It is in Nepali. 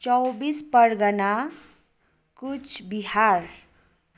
चौबिस परगना कुचबिहार